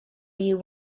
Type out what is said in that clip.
you